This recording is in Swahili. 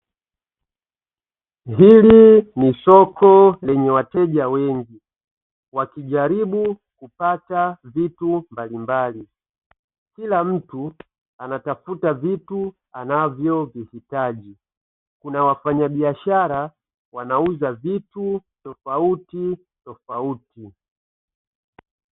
Hili ni soko lenye wateja wengi wakijaribu kupata vitu mbalimbali, kila mtu anatafuta vitu anavyovihitaji. Kuna wafanyabiashara wanauza vitu tofauti tofauti.